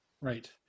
Right